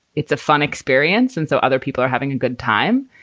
it's a fun experience. and so other people are having a good time.